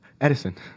Edison